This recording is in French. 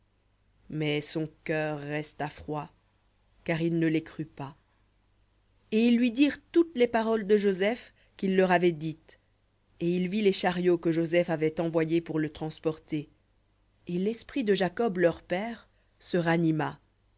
mais son cœur resta froid car il ne les crut pas et ils lui dirent toutes les paroles de joseph qu'il leur avait dites et il vit les chariots que joseph avait envoyés pour le transporter et l'esprit de jacob leur père se ranima